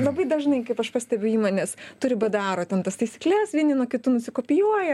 labai dažnai kaip aš pastebiu įmonės turi bdaro ten tas taisykles vieni nuo kitų nusikopijuoja